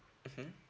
mmhmm